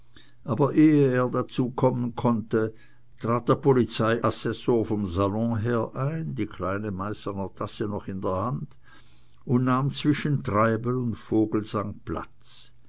aber ehe er dazu kommen konnte trat der polizeiassessor vom salon her ein die kleine meißner tasse noch in der hand und nahm zwischen treibel und vogelsang platz